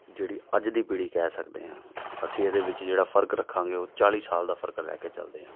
ਜਿਹੜੀ ਅੱਜ ਦੀ ਪੀੜ੍ਹੀ ਕਹਿ ਸਕਦੇ ਹਾਂ ਅਸੀਂ ਇਹਦੇ ਵਿੱਚ ਜਿਹੜਾ ਫ਼ਰਕ ਰੱਖਾਂਗੇ ਉਹ ਚਾਲੀ ਸਾਲ ਦਾ ਫ਼ਰਕ ਲੈ ਕੇ ਚਲਦੇ ਹਾਂ